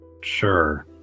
sure